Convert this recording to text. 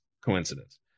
coincidence